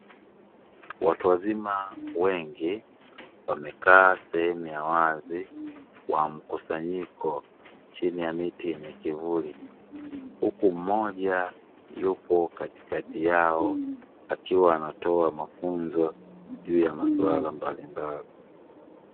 Watu wazima wengi, wamekaa sehemu ya wazi kwa mkusanyiko chini ya miti yenye kivuli, huku mmoja yupo katikati yao akiwa anatoa mafunzo juu ya masuala mbalimbali.